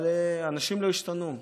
אבל אנשים לא השתנו.